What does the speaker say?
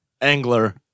angler